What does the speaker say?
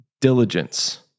diligence